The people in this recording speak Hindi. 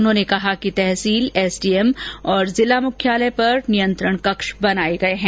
उन्होंने कहा कि तहसील एसडीएम और जिला मुख्यालय पर कंट्रोल रूम बनाए गए हैं